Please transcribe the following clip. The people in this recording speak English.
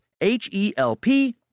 H-E-L-P